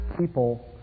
people